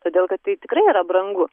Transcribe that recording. todėl kad tai tikrai yra brangu